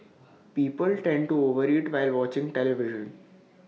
people tend to over eat while watching television